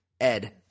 ed